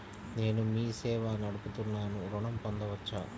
నేను మీ సేవా నడుపుతున్నాను ఋణం పొందవచ్చా?